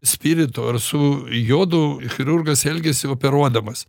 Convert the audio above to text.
spiritu ar su jodu chirurgas elgiasi operuodamas